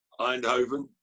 Eindhoven